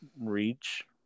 reach